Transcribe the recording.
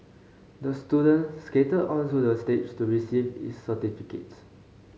the student skated onto the stage to receive his certificate